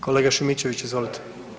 Kolega Šimičević, izvolite.